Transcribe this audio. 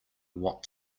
what